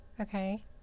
Okay